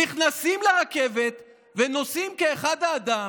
נכנסים לרכבת ונוסעים כאחד האדם,